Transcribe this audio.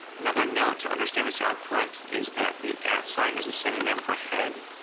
another note to understand this output is that the at sign as a synonym for head.